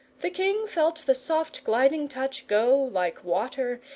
the king felt the soft gliding touch go, like water,